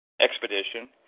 expedition